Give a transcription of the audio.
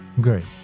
Great